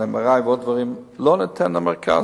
לא ניתן למרכז,